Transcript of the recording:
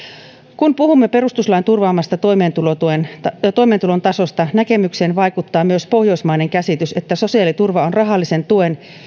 kun puhumme perustuslain turvaamasta toimeentulon tasosta näkemykseen vaikuttaa myös pohjoismainen käsitys että sosiaaliturva on rahallisen tuen